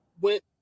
went